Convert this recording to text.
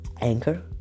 Anchor